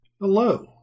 Hello